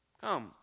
come